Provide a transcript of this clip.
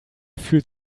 fühlt